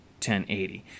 1080